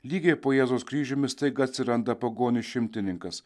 lygiai po jėzaus kryžiumi staiga atsiranda pagonis šimtininkas